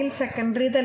secondary